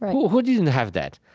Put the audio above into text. who who doesn't have that?